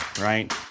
right